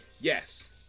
Yes